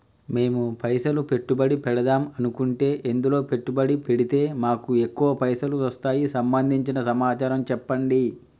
మేము పైసలు పెట్టుబడి పెడదాం అనుకుంటే ఎందులో పెట్టుబడి పెడితే మాకు ఎక్కువ పైసలు వస్తాయి సంబంధించిన సమాచారం చెప్పండి?